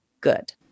good